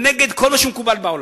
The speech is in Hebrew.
ונגד כל מה שמקובל בעולם.